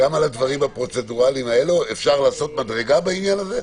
גם על הדברים הפרוצדורליים האלה אפשר לעשות מדרגה בעניין הזה?